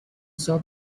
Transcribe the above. shop